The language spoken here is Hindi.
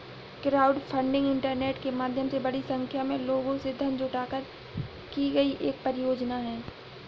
क्राउडफंडिंग इंटरनेट के माध्यम से बड़ी संख्या में लोगों से धन जुटाकर की गई एक परियोजना है